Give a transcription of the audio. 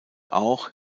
auch